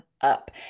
up